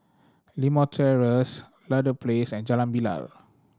Limau Terrace Ludlow Place and Jalan Bilal